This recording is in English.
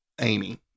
Amy